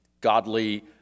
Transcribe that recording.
godly